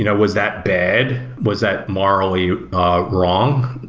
you know was that bad? was that morally wrong?